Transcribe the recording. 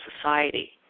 society